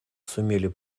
сумели